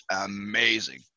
amazing